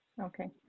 okay